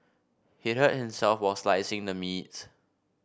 he hurt himself while slicing the meat